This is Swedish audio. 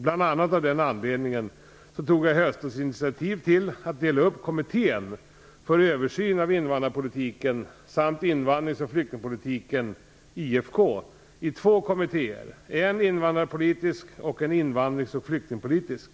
Bl.a. av den anledningen tog jag i höstas initiativ till att dela upp Kommittén för översyn av invandrarpolitiken samt invandrings och flyktingpolitiken, IFK, i två kommittéer: en invandrarpolitisk och en invandrings och flyktingpolitisk.